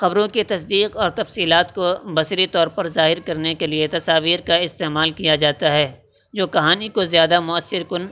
خبروں کی تصدیق اور تفصیلات کو بصری طور پر ظاہر کرنے کے لیے تصاویر کا استعمال کیا جاتا ہے جو کہانی کو زیادہ مؤثر کن